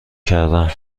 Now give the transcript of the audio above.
کردم